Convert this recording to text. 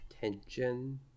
tension